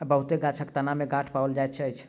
बहुत गाछक तना में गांठ पाओल जाइत अछि